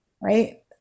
right